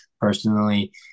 personally